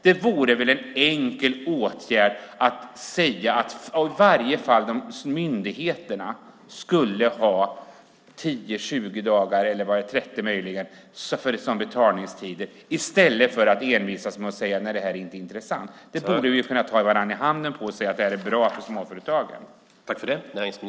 Det vore väl en enkel åtgärd att se till att i varje fall myndigheterna skulle ha 10, 20 eller möjligen 30 dagar som betalningstid i stället för att envisas med att säga att det här inte är intressant. Vi borde kunna ta varandra i hand och säga att det vore bra för småföretagen.